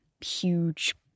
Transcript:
huge